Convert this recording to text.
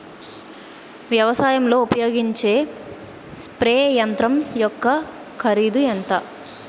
వ్యవసాయం లో ఉపయోగించే స్ప్రే యంత్రం యెక్క కరిదు ఎంత?